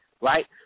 right